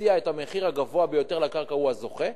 שמציע את המחיר הגבוה ביותר לקרקע הוא הזוכה,